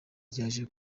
ryaje